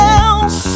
else